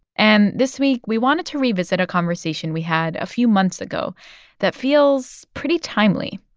and this week, we wanted to revisit a conversation we had a few months ago that feels pretty timely.